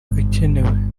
akenewe